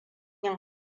yin